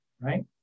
right